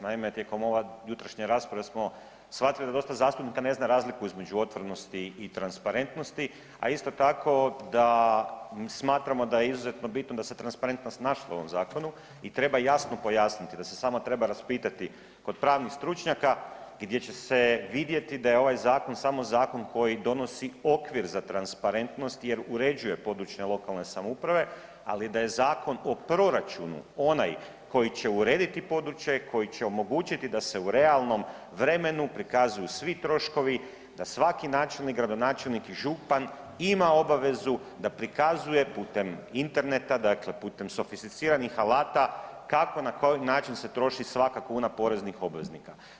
Naime, tijekom ove jutrošnje rasprave smo shvatili da dosta zastupnika ne zna razliku između otvorenosti i transparentnosti, a isto tako da, smatramo da je izuzetno bitno da se transparentnost našla u ovom zakonu i treba jasno pojasniti da se samo treba raspitati kod pravnih stručnjaka gdje će se vidjeti da je ovaj zakon samo zakon koji donosi okvir za transparentnost jer uređuje područne lokalne samouprave, ali da je Zakon o proračunu onaj koji će urediti područje, koji će omogućiti da se u realnom vremenu prikazuju svi troškovi, da svaki načelnik, gradonačelnik i župan ima obavezu da prikazuje putem interneta, dakle putem sofisticiranih alata kako, na koji način se troši svaka kuna poreznih obveznika.